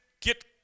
get